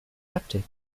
haptic